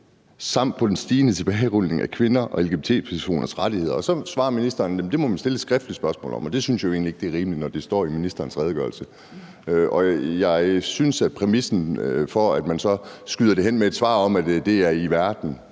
samt på den stigende tilbagerulning af kvinders og LGBT+ personers rettigheder«. Ministeren svarer, at det må man stille et skriftligt spørgsmål om, og det synes jeg jo egentlig ikke er rimeligt, når det står i ministerens redegørelse. Jeg synes heller ikke, at det med, at man så skyder det tilbage med et svar om, at det er i verden,